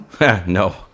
No